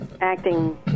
acting